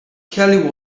kelly